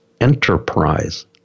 enterprise